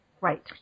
Right